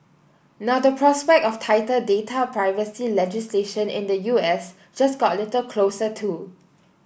now the prospect of tighter data privacy legislation in the U S just got a little closer too